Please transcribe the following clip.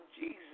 Jesus